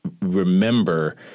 remember